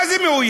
מה זה מאוים?